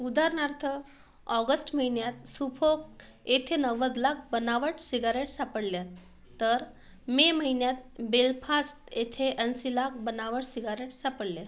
उदाहरणार्थ ऑगस्ट महिन्यात सुफोक येथे नव्वद लाख बनावट सिगारेट सापडल्या तर मे महिन्यात बेलफास्ट येथे ऐंशी लाख बनावट सिगारेट सापडल्या